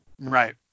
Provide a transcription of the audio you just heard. Right